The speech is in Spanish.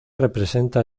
representa